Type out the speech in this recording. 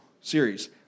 series